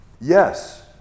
yes